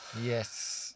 Yes